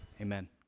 Amen